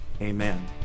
Amen